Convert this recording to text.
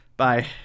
Bye